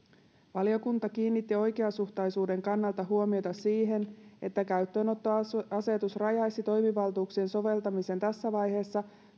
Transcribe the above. valiokunta kiinnitti oikeasuhtaisuuden kannalta huomiota siihen että käyttöönottoasetus rajaisi toimivaltuuksien soveltamisen tässä vaiheessa